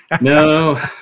No